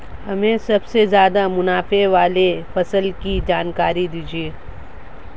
हमें सबसे ज़्यादा मुनाफे वाली फसल की जानकारी दीजिए